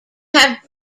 have